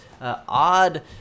odd